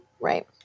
Right